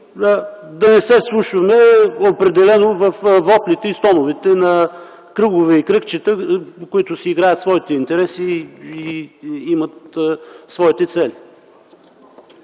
да не се вслушваме определено във воплите и стоновете на кръгове и кръгчета, които си играят своите интереси и имат своите цели.